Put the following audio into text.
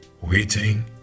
waiting